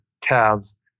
calves